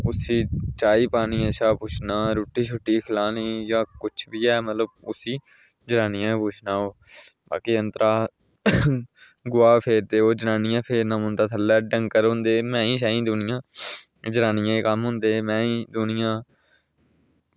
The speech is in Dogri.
उसी चाही पानी शा पुच्छना उसी रुट्टी खलानी जां कुछ बी ऐ मतलब जरानियें पुच्छना ओह् ते बाकी अंदरा गोहा फेरदे जनानियें फेरना पौंदा थल्लै डंगर होंदे मैंहीं एह् जनानियें दे कम्म होंदे